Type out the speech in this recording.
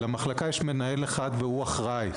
למחלקה יש מנהל אחד והוא אחראי.